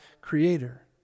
creator